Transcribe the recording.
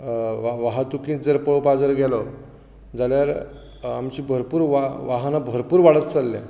वाह वाहतूकींत जर पळोवपाक जर गेलो जाल्यार आमची भरपूर वाहनां भरपूर वाडत चल्ल्यांत